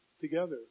together